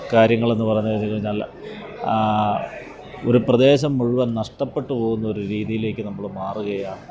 കാര്യങ്ങളെന്ന് പറഞ്ഞ് കഴിഞ്ഞാൽ ഒരു പ്രദേശം മുഴുവന് നഷ്ടപ്പെട്ട് പോവുന്ന ഒരു രീതിയിലേക്ക് നമ്മൾ മാറുകയാണ്